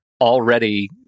already